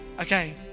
Okay